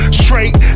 straight